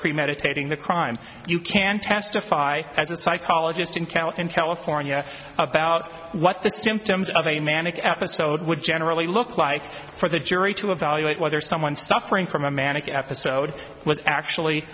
premeditating the crime you can testify as a psychologist in count in california about what the symptoms of a manic episode would generally look like for the jury to evaluate whether someone suffering from a manic episode was actually